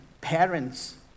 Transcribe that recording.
parents